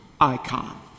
icon